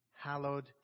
hallowed